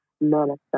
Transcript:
manifest